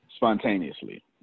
Spontaneously